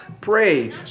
pray